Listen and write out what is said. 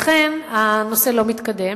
לכן הנושא לא מתקדם.